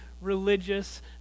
religious